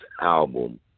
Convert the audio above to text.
album